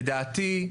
לדעתי,